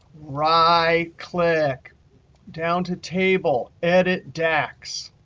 right-click, down to table, edit dax.